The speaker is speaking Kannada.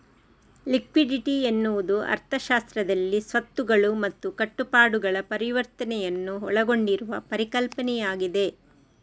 ಲಿಕ್ವಿಡಿಟಿ ಎನ್ನುವುದು ಅರ್ಥಶಾಸ್ತ್ರದಲ್ಲಿ ಸ್ವತ್ತುಗಳು ಮತ್ತು ಕಟ್ಟುಪಾಡುಗಳ ಪರಿವರ್ತನೆಯನ್ನು ಒಳಗೊಂಡಿರುವ ಪರಿಕಲ್ಪನೆಯಾಗಿದೆ